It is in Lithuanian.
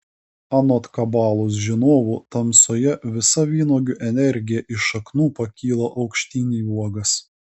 anot kabalos žinovų tamsoje visa vynuogių energija iš šaknų pakyla aukštyn į uogas